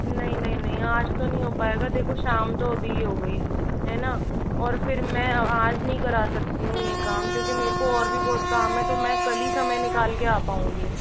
नहीं नहीं नहीं आज तो नहीं हो पाएगा देखो शाम तो अभी हो गई है न और फिर मैं आज नहीं करा सकती हूँ ये काम क्योंकि मेर को और भी बहुत काम है तो मैं कल ही समय निकाल के आ पाऊँगी